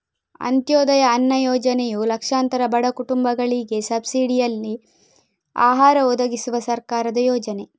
ಅಂತ್ಯೋದಯ ಅನ್ನ ಯೋಜನೆಯು ಲಕ್ಷಾಂತರ ಬಡ ಕುಟುಂಬಗಳಿಗೆ ಸಬ್ಸಿಡಿನಲ್ಲಿ ಆಹಾರ ಒದಗಿಸುವ ಸರ್ಕಾರದ ಯೋಜನೆ